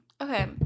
Okay